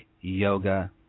yoga